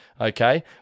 Okay